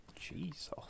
Jesus